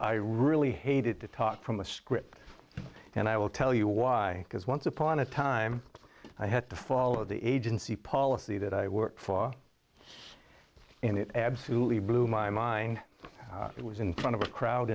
i really hated to talk from a script and i will tell you why because once upon a time i had to follow the agency policy that i worked for and it absolutely blew my mind it was in front of a crowd